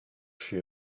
few